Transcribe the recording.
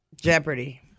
Jeopardy